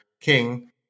King